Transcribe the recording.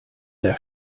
der